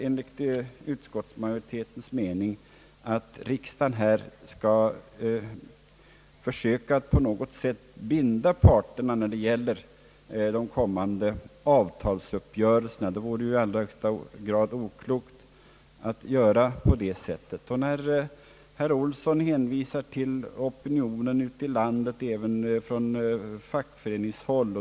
Enligt utskottsmajoritetens mening finns det inte något skäl att riksdagen skall på något sätt binda parterna när det gäller de kommande avtalsuppgörelserna. Det vore i allra högsta grad oklokt att göra på det sättet. Herr Olsson hänvisade till opinionen ute i landet, även från fackföreningshåll.